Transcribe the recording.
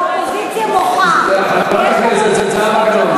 חברת הכנסת גלאון,